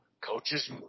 coaches